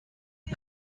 est